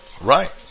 Right